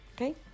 Okay